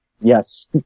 Yes